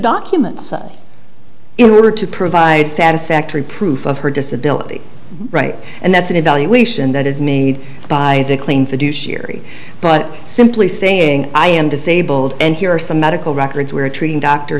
documents in order to provide satisfactory proof of her disability right and that's an evaluation that is made by the claim fiduciary but simply saying i am disabled and here are some medical records where treating doctor